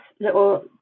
little